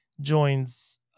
joins